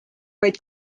vaid